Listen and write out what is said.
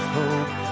hope